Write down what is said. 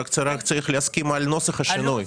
רק צריך להסכים על נוסח השינוי.